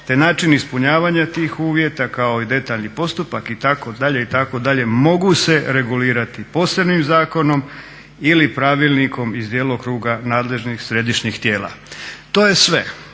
te način ispunjavanja tih uvjeta kao i detaljni postupak itd. itd. mogu se regulirati posebnim zakonom ili pravilnikom iz djelokruga nadležnih središnjih tijela. To je sve.